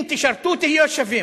אם תשרתו תהיו שווים.